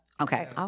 Okay